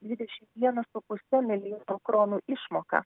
dvidešim vieną su puse milijono kronų išmoką